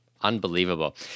Unbelievable